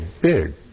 big